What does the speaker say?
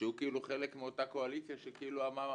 שהוא כאילו חלק מאותה קואליציה שכאילו אמר: